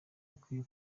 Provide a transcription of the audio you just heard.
dukwiye